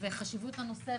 וחשיבות הנושא,